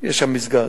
יש שם מסגד.